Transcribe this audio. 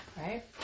Right